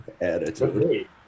attitude